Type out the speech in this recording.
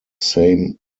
same